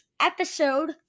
episode